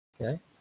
Okay